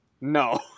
No